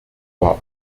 war